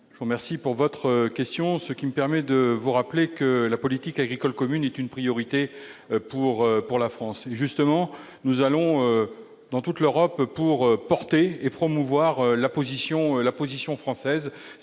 je vous remercie de votre question, qui me permet de rappeler que la politique agricole commune est une priorité pour la France. Justement, nous nous rendons dans toute l'Europe pour porter et promouvoir la position française